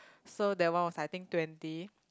so that one was I think twenty